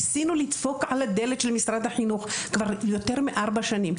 וניסינו לדפוק על הדלת של משרד החינוך כבר יותר מארבע שנים.